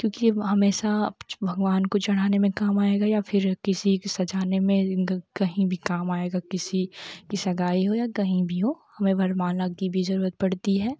क्योंकि यह हमेशा हमेशा भगवान को चढ़ाने में काम आएगा या फ़िर किसी की सजाने में कहीं भी काम आएगा किसी की सगाई हो या कहीं भी हमें वरमाला की भी ज़रूरत पड़ती है